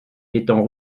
étant